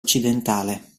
occidentale